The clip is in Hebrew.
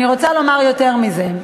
אני רוצה לומר יותר מזה,